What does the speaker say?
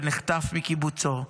ונחטף מקיבוצו,